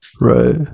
right